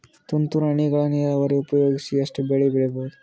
ತುಂತುರು ಹನಿಗಳ ನೀರಾವರಿ ಉಪಯೋಗಿಸಿ ಎಷ್ಟು ಬೆಳಿ ಬೆಳಿಬಹುದು?